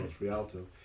Rialto